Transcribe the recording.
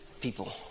people